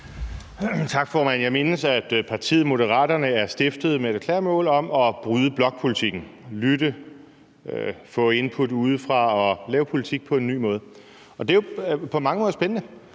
Tak, formand. Jeg mindes, at partiet Moderaterne er stiftet med et erklæret mål om at bryde blokpolitikken, lytte, få input udefra og lave politik på en ny måde. Det er jo på mange måder spændende,